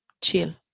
chill